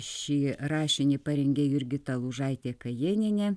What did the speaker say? šį rašinį parengė jurgita lūžaitė kajėnienė